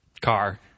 car